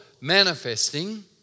manifesting